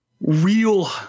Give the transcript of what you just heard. Real